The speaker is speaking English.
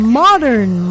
modern